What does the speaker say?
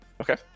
Okay